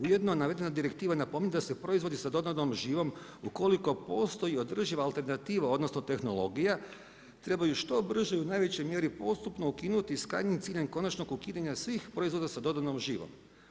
Ujedno navedena direktiva napominje da se proizvodi sa dodanom živom ukoliko postoji održiva alternativa odnosno tehnologija, trebaju što brže i u najvećoj mjeri postupno ukinuti sa krajnjim ciljem konačnog ukidanja svih proizvoda sa dodanom živom.